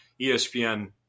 ESPN